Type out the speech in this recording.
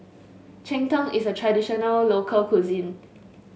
Cheng Tng is a traditional local cuisine